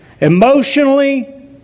emotionally